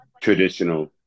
traditional